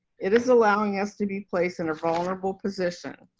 it is allowing us to be placed in a vulnerable position.